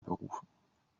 berufen